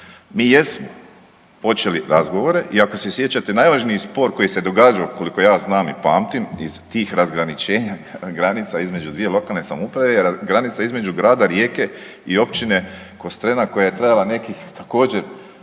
Mi jesmo počeli razgovore i ako se sjećate, najvažniji spor koji se događao, koliko ja znam i pamtim, iz tih razgraničenja granica između dvije lokalne samouprave jer granica između grada Rijeke i općine Kostrena koja je trajala nekih također